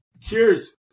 Cheers